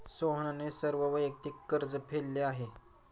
सोहनने सर्व वैयक्तिक कर्ज फेडले आहे